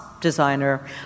designer